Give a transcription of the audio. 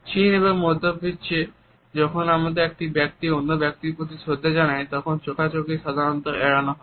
চীন এবং মধ্য প্রাচ্যে যখন এক ব্যক্তি অন্য ব্যক্তির প্রতি শ্রদ্ধা জানায় তখন চোখাচোখি সাধারণত এড়ানো হয়